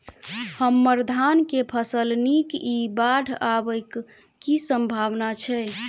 हम्मर धान केँ फसल नीक इ बाढ़ आबै कऽ की सम्भावना छै?